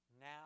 Now